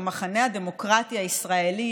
המחנה הדמוקרטי הישראלי,